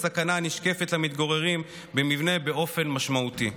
הסכנה הנשקפת למתגוררים במבנה באופן משמעותי.